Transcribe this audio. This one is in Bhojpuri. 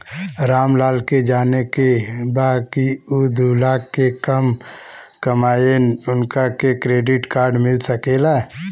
राम लाल के जाने के बा की ऊ दूलाख से कम कमायेन उनका के क्रेडिट कार्ड मिल सके ला?